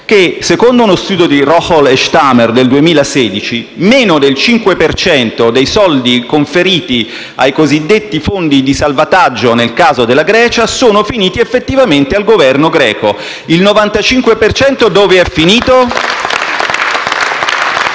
che, secondo uno studio di Rocholl e Stahmer del 2016, meno del 5 per cento dei soldi conferiti ai cosiddetti fondi di salvataggio nel caso della Grecia sono finiti effettivamente al Governo greco. Il 95 per cento dove è finito? *(Applausi